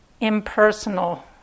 impersonal